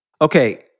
Okay